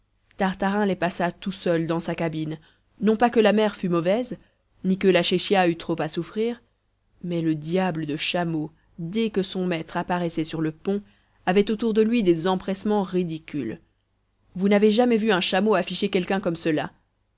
tartarin les passa tout seul dans sa cabine non pas que la mer fût mauvaise ni que la chéchia eût trop à souffrir mais le diable de chameau dès que son maître apparaissait sur le pont avait autour de lui des empressements ridicules vous n'avez jamais vu un chameau afficher quelqu'un comme cela